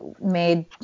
made